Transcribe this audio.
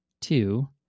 two